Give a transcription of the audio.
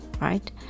right